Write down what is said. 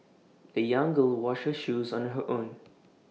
the young girl washed her shoes on her own